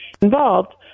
involved